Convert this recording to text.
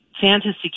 fantasy